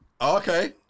okay